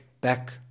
back